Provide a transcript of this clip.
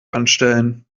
anstellen